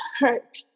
hurt